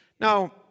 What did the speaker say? Now